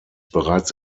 bereits